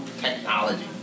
technology